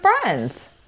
friends